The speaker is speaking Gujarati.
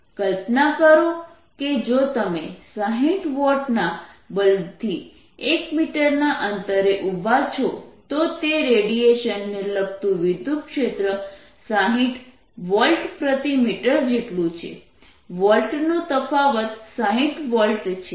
120E0215E030π c60Vm કલ્પના કરો કે જો તમે 60 વોટના બલ્બ થી 1 મીટરના અંતરે ઊભા છો તો તે રેડિયેશન ને લગતું વિદ્યુતક્ષેત્ર 60 વોલ્ટ પ્રતિ મીટર જેટલું છે વોલ્ટનો તફાવત 60 વોલ્ટ છે